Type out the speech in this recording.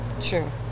Sure